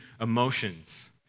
emotions